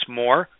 more